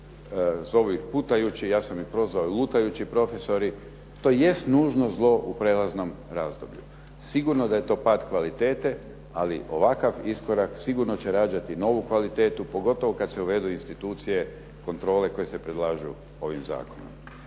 zovu ih putujući, ja sam ih prozvao i lutajući profesori. To jest nužno zlo u prijelaznom razdoblju. Sigurno da je to pad kvalitete ali ovakav iskorak sigurno će rađati novu kvalitetu pogotovo kad se uvedu institucije kontrole koje se predlažu ovim zakonom.